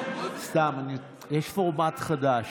יש פורמט חדש.